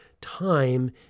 time